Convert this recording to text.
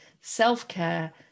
self-care